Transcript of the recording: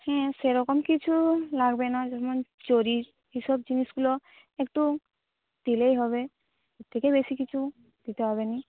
হ্যাঁ সেরকম কিছু লাগবে না যেমন জরির এসব জিনিসগুলো একটু দিলেই হবে এর থেকে বেশি কিছু দিতে হবে না